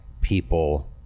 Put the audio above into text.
people